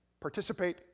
participate